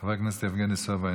חבר הכנסת יבגני סובה,